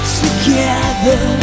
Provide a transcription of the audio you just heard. together